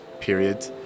period